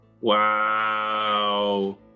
Wow